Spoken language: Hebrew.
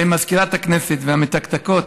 מזכירת הכנסת והמתקתקות,